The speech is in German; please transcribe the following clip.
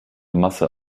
masse